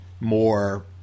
more